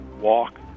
walk